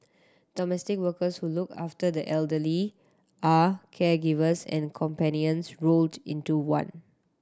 domestic workers who look after the elderly are caregivers and companions rolled into one